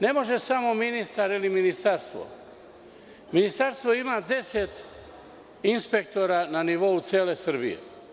Ne može samo ministar ili ministarstvo, ministarstvo ima deset inspektora na nivou cele Srbije.